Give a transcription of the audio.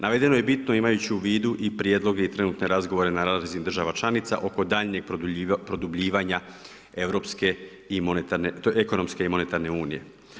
Navedeno je bitno imajući u vidu i prijedloge i trenutne razgovore na razini država članica oko daljnjeg produbljivanja ekonomske i monetarne unije.